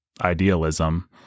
idealism